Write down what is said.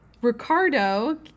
Ricardo